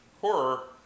horror